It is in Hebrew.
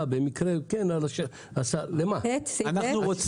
שאנחנו באמת